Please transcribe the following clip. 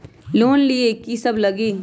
Loan लिए की सब लगी?